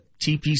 TPC